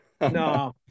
No